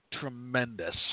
tremendous